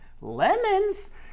Lemons